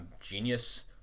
genius